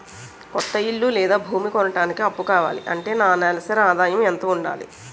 కొత్త ఇల్లు లేదా భూమి కొనడానికి అప్పు కావాలి అంటే నా నెలసరి ఆదాయం ఎంత ఉండాలి?